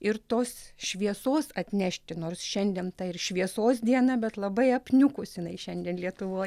ir tos šviesos atnešti nors šiandien ta ir šviesos diena bet labai apniukus jinai šiandien lietuvoj